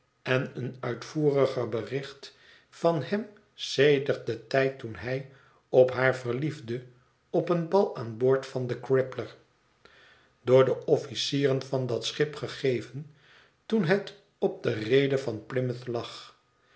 en een uitvoeriger bericht van hem sedert den tijd toen hij op haar verliefde op een bal aan boord van de crippler door de officieren van dat schip gegeven toen het op do reede van plymouth lag